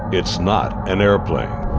it's not an airplane.